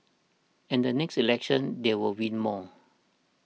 and the next election they will win more